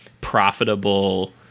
profitable